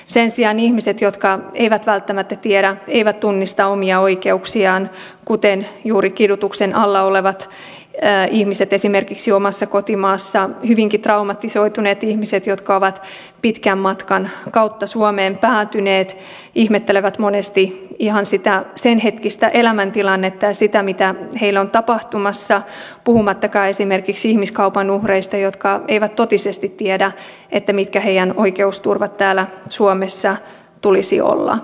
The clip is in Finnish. sen sijaan ihmiset jotka eivät välttämättä tiedä eivät tunnista omia oikeuksiaan kuten esimerkiksi juuri kidutuksen alla omassa kotimaassaan olleet ihmiset hyvinkin traumatisoituneet ihmiset jotka ovat pitkän matkan kautta suomeen päätyneet ihmettelevät monesti ihan sitä sen hetkistä elämäntilannetta ja sitä mitä heille on tapahtumassa puhumattakaan esimerkiksi ihmiskaupan uhreista jotka eivät totisesti tiedä mikä heidän oikeusturvansa täällä suomessa tulisi olla